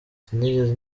sinigeze